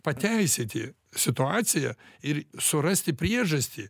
pateisinti situaciją ir surasti priežastį